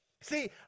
See